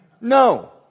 No